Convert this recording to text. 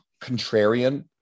contrarian